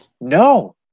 no